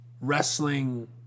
Wrestling